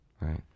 right